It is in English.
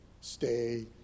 stay